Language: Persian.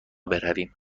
برویم